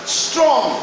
strong